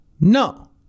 No